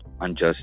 unjust